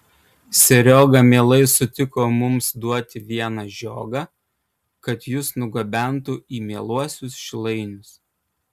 serioga mielai sutiko mums duoti vieną žiogą kad jus nugabentų į mieluosius šilainius